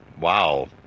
Wow